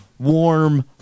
warm